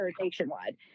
nationwide